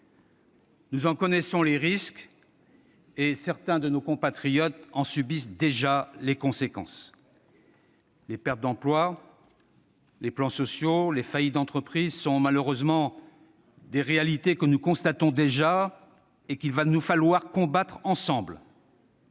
Nous en connaissons les risques, et certains de nos compatriotes en subissent déjà les conséquences. Les pertes d'emploi, les plans sociaux, les faillites d'entreprises sont malheureusement des réalités que nous constatons déjà et qu'il va nous falloir combattre ensemble.